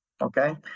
Okay